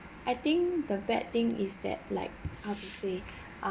I think the bad thing is that like how to say ah